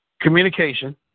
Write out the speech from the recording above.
communication